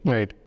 Right